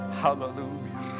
hallelujah